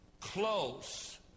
Close